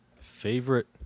favorite